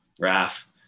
Raf